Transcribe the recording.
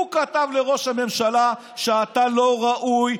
כתב לראש הממשלה שאתה לא ראוי,